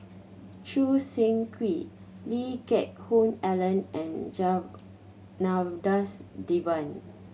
Choo Seng Quee Lee Geck Hoon Ellen and Janadas Devan